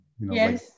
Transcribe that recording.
yes